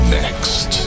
next